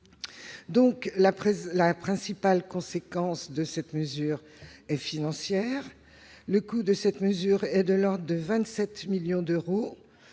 La principale conséquence de cette décision est financière. Le coût de cette mesure est de l'ordre de 27 millions d'euros-